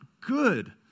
good